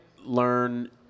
learn